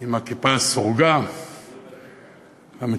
עם הכיפה הסרוגה המצומצמת